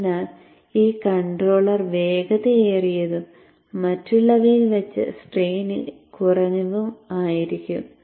അതിനാൽ ഈ കൺട്രോളർ വേഗതയേറിയതും മറ്റുള്ളവയിൽ വച്ച് സ്ട്രെയിൻ കുറവും ആയിരിക്കും